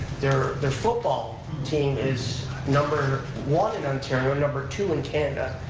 their their football team is number one in ontario, number two in canada,